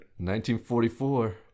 1944